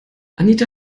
anita